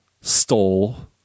stole